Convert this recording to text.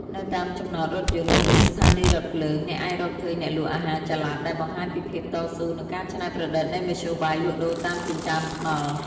នៅតាមចំណតរថយន្ត ឬស្ថានីយរថភ្លើង អ្នកអាចរកឃើញអ្នកលក់អាហារចល័ត ដែលបង្ហាញពីភាពតស៊ូ និងការច្នៃប្រឌិតនៃមធ្យោបាយលក់ដូរតាមចិញ្ចើមថ្នល់។